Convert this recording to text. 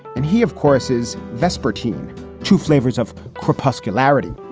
and he, of course, is vesper tene two flavors of corpuscular charity.